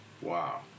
Wow